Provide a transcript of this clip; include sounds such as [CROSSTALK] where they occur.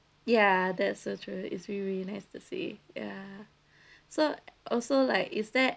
ya that's so true it's really really nice to say ya [BREATH] so also like is there